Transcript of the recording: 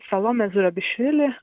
salomė zurabišvili